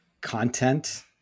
content